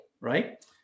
right